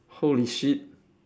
holy shit